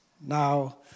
Now